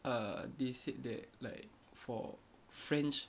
err they said that like for french